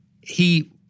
he-